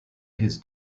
his